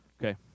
okay